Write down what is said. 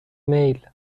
میل